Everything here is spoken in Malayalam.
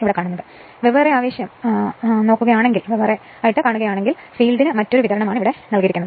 അതിനാൽ വെവ്വേറെ ആവേശം എന്ന് നോക്കുകയാണെങ്കിൽ യഥാർത്ഥത്തിൽ ഫീൽഡിന് മറ്റൊരു വിതരണമാണ് നൽകിയിരിക്കുന്നത്